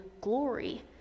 glory